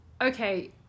Okay